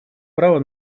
право